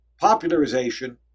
popularization